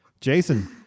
Jason